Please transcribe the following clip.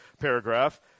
paragraph